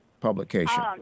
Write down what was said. publication